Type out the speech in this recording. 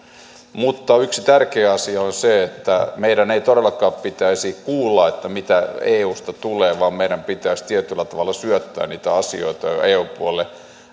mutta yksi tärkeä asia on se että meidän ei todellakaan pitäisi kuulla mitä eusta tulee vaan meidän pitäisi tietyllä tavalla syöttää niitä asioita eu puolelle